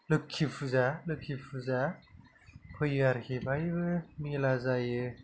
लोखि फुजा लोखि फुजा फैयो आरोथि बेहायबो मेला जायो